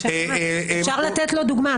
אפשר לתת דוגמה,